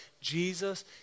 Jesus